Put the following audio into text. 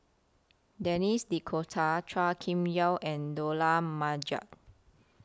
Denis D'Cotta Chua Kim Yeow and Dollah Majid